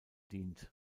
dient